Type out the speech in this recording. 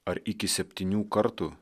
ar iki septynių kartų